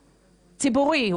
ציבורי,